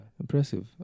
impressive